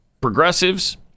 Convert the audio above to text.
progressives